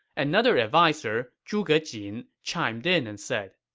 another adviser, zhuge jin, chimed in and said,